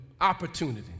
opportunity